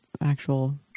actual